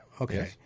Okay